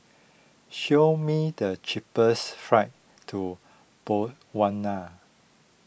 show me the cheapest flights to Botswana